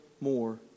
more